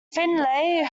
finley